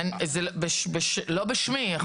זה לא בשמי.